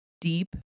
deep